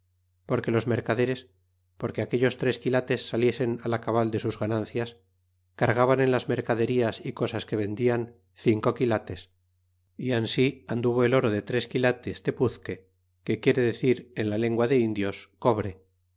porque los mercaderes porque aquellos tres quilates saliesen la cabal de sus ganancias cargaban en las mercaderías y cosas que vendian cinco quilates y ansí anduvo el oro de tres quilates tepuzque que quiere decir en la lengua de indios cobre